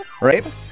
Right